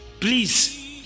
Please